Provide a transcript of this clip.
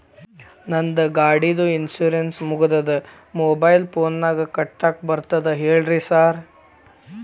ನಂದ್ ಗಾಡಿದು ಇನ್ಶೂರೆನ್ಸ್ ಮುಗಿದದ ಮೊಬೈಲ್ ಫೋನಿನಾಗ್ ಕಟ್ಟಾಕ್ ಬರ್ತದ ಹೇಳ್ರಿ ಸಾರ್?